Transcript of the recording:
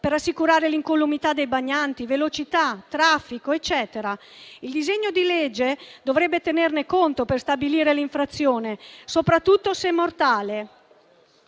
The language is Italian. per assicurare l'incolumità dei bagnanti, velocità, traffico, eccetera). Il disegno di legge dovrebbe tenerne conto per stabilire l'infrazione, soprattutto se mortale.